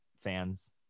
fans